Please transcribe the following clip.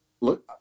Look